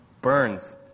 burns